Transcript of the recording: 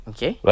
Okay